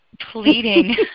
pleading